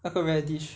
那个 radish